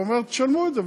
ואומר: תשנו את זה,